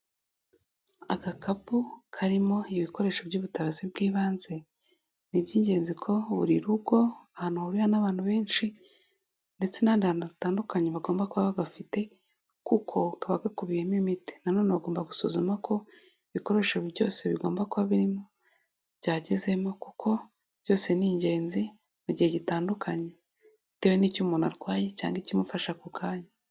Agakapu karimo ibikoresho by'ubutabazi bw'ibanze, ni iby'ingenzi ko buri rugo, ahantu hurira n'abantu benshi, ndetse n'ahandi hantu hatandukanye bagomba kuba bagafite, kuko kaba gakubiyemo imiti. Na none bagomba gusuzuma ko, ibikoresho byose bigomba kuba birimo byagezemo, kuko byose ni ingenzi mu gihe gitandukanye, bitewe n'icyo umuntu arwaye cyangwa ikimufasha ako kanya.